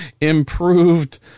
improved